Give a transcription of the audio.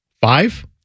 Five